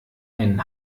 ein